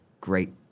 great